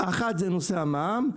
אחת זה נושא המע"מ,